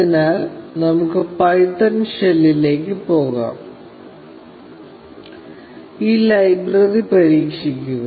അതിനാൽ നമുക്ക് പൈത്തൺ ഷെല്ലിലേക്ക് പോകാം ഈ ലൈബ്രറി പരീക്ഷിക്കുക